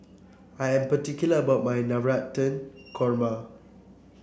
I am particular about my Navratan Korma